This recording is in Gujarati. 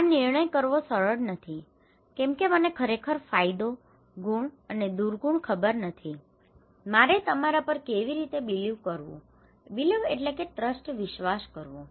આ નિર્ણય કરવો સરળ નથી કેમ કે મને ખરેખર ફાયદો ગુણ અને દુર્ગુણ ખબર નથી મારે તમારા પર કેવી રીતે બિલિવ believe માનવું કે ટ્રસ્ટ trust વિશ્વાસ કરવો